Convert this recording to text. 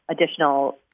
additional